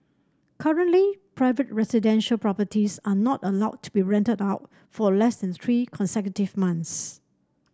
currently private residential properties are not allowed to be rented out for less than three consecutive months